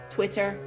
Twitter